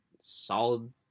solid